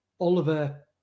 Oliver